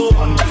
one